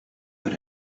got